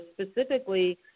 specifically